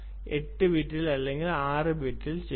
8 ബിറ്റിൽ അല്ലെങ്കിൽ 6 ബിറ്റിൽ ചെയ്യുക